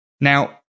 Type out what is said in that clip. Now